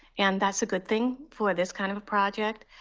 and that's a good thing for this kind of a project,